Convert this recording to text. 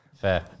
fair